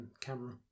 camera